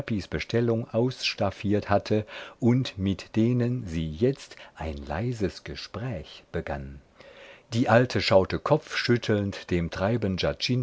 bestellung ausstaffiert hatte und mit denen sie jetzt ein leises gespräch begann die alte schaute kopfschüttelnd dem treiben